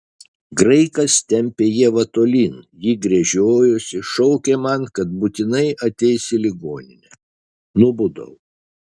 graikas tempė ievą tolyn ji gręžiojosi šaukė man kad būtinai ateis į ligoninę nubudau